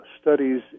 studies